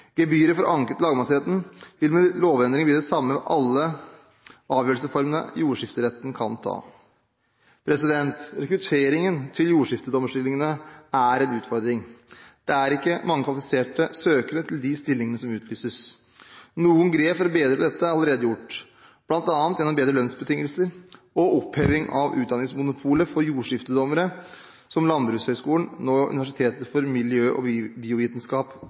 Gebyret for anke til lagmannsretten vil med lovendringene bli det samme ved alle avgjørelsesformene jordskifteretten kan ta. Rekrutteringen til jordskiftedommerstillingene er en utfordring. Det er ikke mange kvalifiserte søkere til de stillingene som utlyses. Noen grep for å bedre dette er allerede gjort, bl.a. gjennom bedre lønnsbetingelser og oppheving av utdanningsmonopolet for jordskiftedommere som Landbrukshøyskolen – nå Universitetet for miljø- og biovitenskap